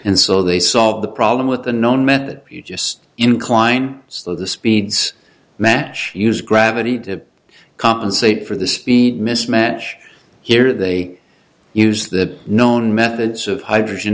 and so they solve the problem with the known men you just incline so the speeds mash use gravity to compensate for the speed mismatch here they use the known methods of hydrogen